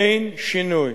אין שינוי